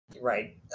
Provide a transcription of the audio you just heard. right